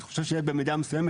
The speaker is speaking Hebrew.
אני חושב שבמידה מסוימת,